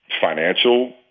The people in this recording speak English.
financial